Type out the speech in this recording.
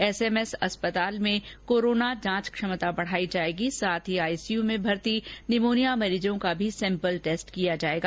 SMS अस्पताल में corona जांच क्षमता बनायी जाएगी साथ ही आईसीयू में भर्ती निमोनिया मरीजों का भी सैम्पल टैस्ट किया जाएगा